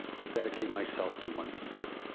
to dedicate myself to one teacher.